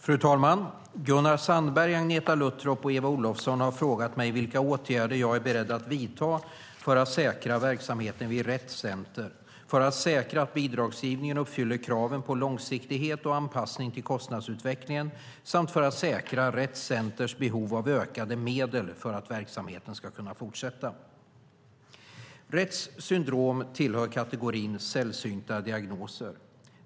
Fru talman! Gunnar Sandberg, Agneta Luttropp och Eva Olofsson har frågat vilka åtgärder jag är beredd att vidta för att säkra verksamheten vid Rett Center, för att säkra att bidragsgivningen uppfyller kravet på långsiktighet och anpassning till kostnadsutvecklingen samt för att säkra Rett Centers behov av ökade medel för att verksamheten ska kunna fortsätta. Retts syndrom tillhör kategorin sällsynta diagnoser.